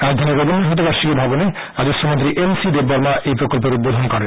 রাজধানীর রবীন্দ্র শতবার্ষিকী ভবনে রাজস্ব মন্ত্রী এনসি দেববর্মা এই প্রকল্পের উদ্বোধন করেন